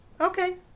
Okay